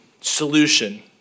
solution